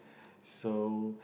so